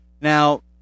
now